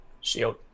Shield